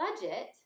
budget